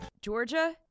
georgia